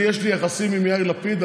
יש לי יחסים עם יאיר לפיד.